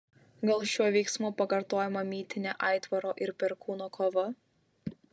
gal šiuo veiksmu pakartojama mitinė aitvaro ir perkūno kova